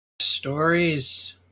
stories